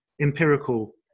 empirical